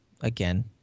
again